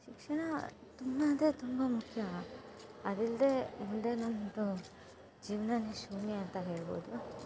ಶಿಕ್ಷಣ ತುಂಬ ಅಂದರೆ ತುಂಬ ಮುಖ್ಯ ಅದಿಲ್ಲದೇ ಮುಂದೆ ನಮ್ಮದು ಜೀವ್ನನೇ ಶೂನ್ಯ ಅಂತ ಹೇಳ್ಬೋದು